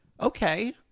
okay